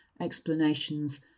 explanations